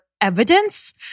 evidence